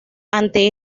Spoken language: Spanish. ante